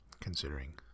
considering